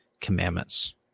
commandments